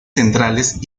centrales